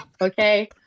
okay